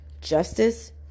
justice